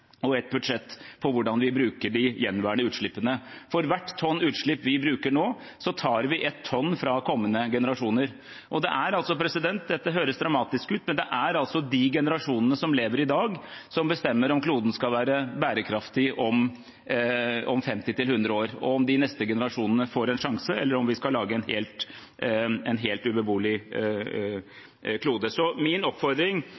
og ett budsjett for hvordan vi bruker de gjenværende utslippene. For hvert tonn utslipp vi bruker nå, tar vi et tonn fra kommende generasjoner. Dette høres dramatisk ut, men det er altså de generasjonene som lever i dag, som bestemmer om kloden skal være bærekraftig om 50 til 100 år, og om de neste generasjonene får en sjanse, eller om vi skal lage en helt ubeboelig klode. Min oppfordring